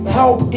help